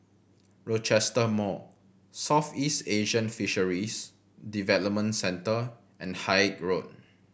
Rochester Mall Southeast Asian Fisheries Development Centre and Haig Road